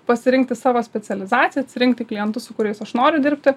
pasirinkti savo specializaciją atsirinkti klientus su kuriais aš noriu dirbti